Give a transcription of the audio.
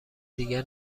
دیگر